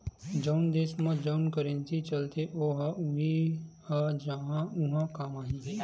जउन देस म जउन करेंसी चलथे ओ ह उहीं ह उहाँ काम आही